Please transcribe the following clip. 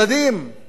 בפריפריה,